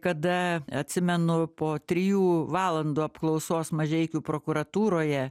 kada atsimenu po trijų valandų apklausos mažeikių prokuratūroje